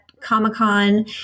comic-con